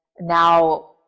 now